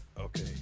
Okay